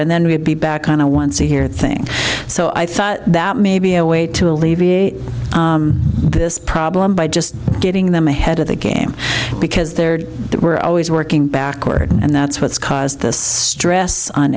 and then we'll be back on a wednesday here thing so i thought that maybe a way to alleviate this problem by just getting them ahead of the game because they're we're always working backward and that's what's caused this stress on